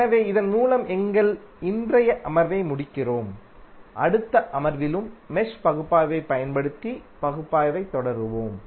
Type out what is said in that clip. எனவே இதன் மூலம் எங்கள் இன்றைய அமர்வை முடிக்கிறோம் அடுத்த அமர்விலும் மெஷ் பகுப்பாய்வைப் பயன்படுத்தி பகுப்பாய்வைத் தொடருவோம்